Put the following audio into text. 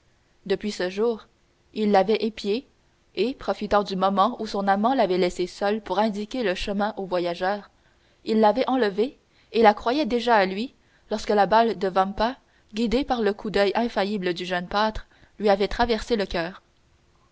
depuis ce jour il l'avait épiée et profitant du moment où son amant l'avait laissée seule pour indiquer le chemin au voyageur il l'avait enlevée et la croyait déjà à lui lorsque la balle de vampa guidée par le coup d'oeil infaillible du jeune pâtre lui avait traversé le coeur